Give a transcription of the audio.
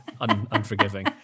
unforgiving